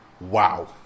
Wow